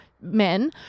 men